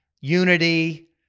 unity